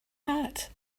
hat